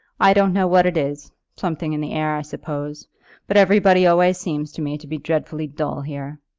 i don't know what it is something in the air, i suppose but everybody always seems to me to be dreadfully dull here.